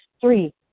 Three